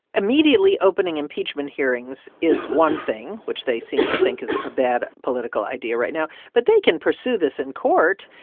immediately opening impeachment hearings is one thing which they seem to think is a bad political idea right now. but they can pursue this in court.